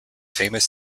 famous